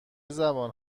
زبان